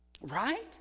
Right